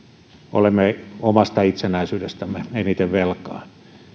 olemme omasta itsenäisyydestämme eniten velkaa